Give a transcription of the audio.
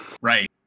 Right